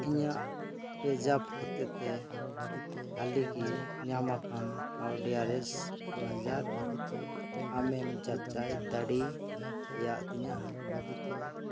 ᱤᱧᱟᱹᱜ ᱯᱮᱡᱟᱯ ᱦᱚᱛᱮ ᱛᱮ ᱦᱟᱞᱮᱜᱮ ᱧᱟᱢ ᱟᱠᱟᱱ ᱠᱟᱹᱣᱰᱤ ᱟᱨᱮᱥ ᱫᱩᱦᱟᱡᱟᱨ ᱟᱢᱮᱢ ᱡᱟᱪᱟᱭ ᱫᱟᱲᱮᱭᱟᱜ ᱛᱤᱧᱟᱹ